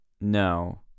No